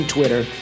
Twitter